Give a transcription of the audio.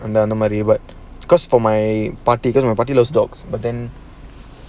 and then nobody but because for my party my party love dogs but then